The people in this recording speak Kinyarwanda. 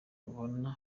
ubona